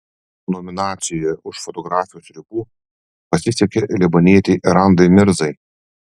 nominacijoje už fotografijos ribų pasisekė libanietei randai mirzai